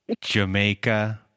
Jamaica